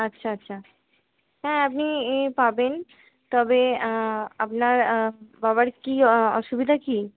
আচ্ছা আচ্ছা হ্যাঁ আপনি ইয়ে পাবেন তবে আপনার বাবার কী অসুবিধা কী